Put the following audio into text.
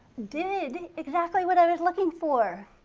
did exactly what i was looking for.